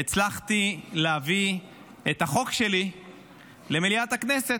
הצלחתי להביא את החוק שלי למליאת הכנסת.